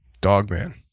Dogman